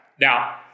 Now